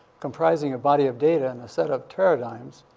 comprising a body of data and a set of paradigms,